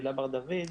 הילה בר דוד,